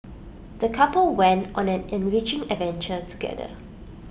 the couple went on an enriching adventure together